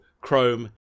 Chrome